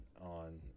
on